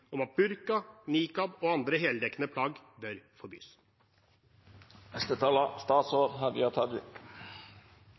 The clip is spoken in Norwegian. at burka, nikab og andre heldekkende plagg bør